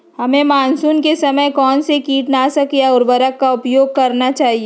हमें मानसून के समय कौन से किटनाशक या उर्वरक का उपयोग करना चाहिए?